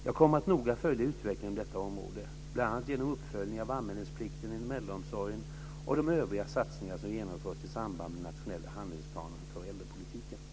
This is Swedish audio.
Jag kommer att noga följa utvecklingen inom detta område, bl.a. genom uppföljningar av anmälningsplikten inom äldreomsorgen och de övriga satsningar som genomförts i samband med den nationella handlingsplanen för äldrepolitiken.